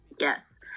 Yes